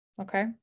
Okay